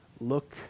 look